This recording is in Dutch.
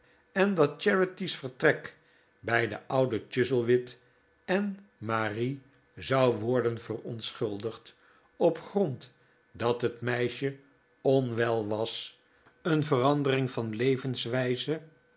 en dat charity's vertrek bij den ouden chuzzlewit en marie zou worden verontschuldigd op grond dat het meisje onwel was een verandering van levenswijze